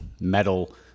metal